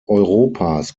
europas